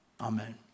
Amen